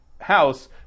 house